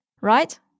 right